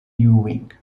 ewing